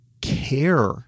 care